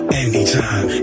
anytime